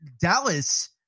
Dallas